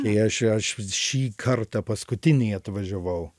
tai aš aš šį kartą paskutinį atvažiavau